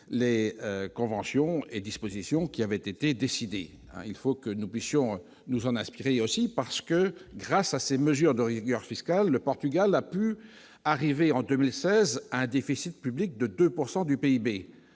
les conventions et dispositions qui avait été décidé, il faut que nous puissions nous en inspirer aussi parce que, grâce à ces mesures de rigueur fiscale, le Portugal a pu arriver en 2016, un déficit public de 2 pourcent